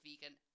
vegan